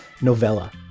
novella